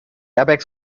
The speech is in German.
airbags